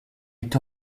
est